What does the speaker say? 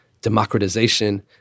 democratization